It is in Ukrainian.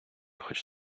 хоч